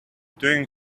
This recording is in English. doing